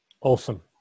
Awesome